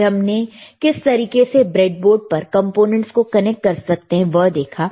फिर हमने किस तरीके से ब्रेडबोर्ड पर कंपोनेंट्स को कनेक्ट कर सकते हैं वह देखा